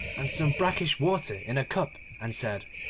and some brackish water in a cup and said,